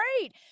great